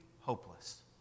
hopeless